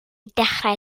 dechrau